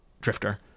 Drifter